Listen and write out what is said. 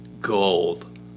Gold